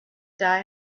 die